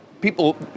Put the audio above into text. people